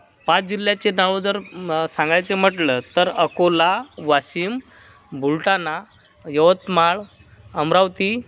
पाच जिल्ह्याचे नावं जर सांगायचे म्हटलं तर अकोला वाशिम बुलढाणा यवतमाळ अमरावती